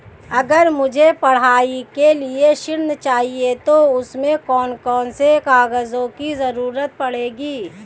अगर मुझे पढ़ाई के लिए ऋण चाहिए तो उसमें कौन कौन से कागजों की जरूरत पड़ेगी?